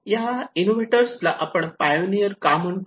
या इनोव्हेटर्स ला आपण पायोनियर का म्हणतो